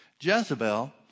Jezebel